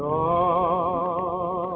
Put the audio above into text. oh